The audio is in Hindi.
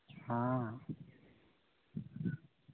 हाँ